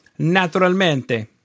Naturalmente